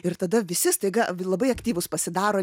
ir tada visi staiga labai aktyvūs pasidaro